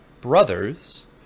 brothers